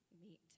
meet